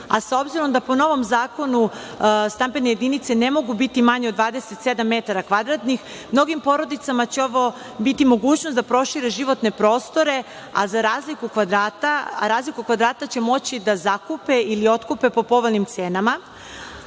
a s obzirom da po novom zakonu stambene jedinice ne mogu biti manje od 27 metara kvadratnih, mnogim porodicama će ovo biti mogućnost da prošire životne prostore. Razliku kvadrata će moći da zakupe ili otkupe po povoljnim cenama.